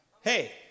Hey